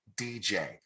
DJ